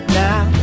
now